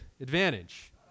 advantage